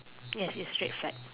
yes yes straight side